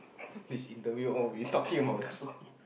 this interview all we talking about this one